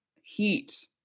heat